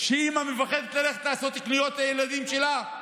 שאימא מפחדת ללכת לעשות קניות לילדים שלה?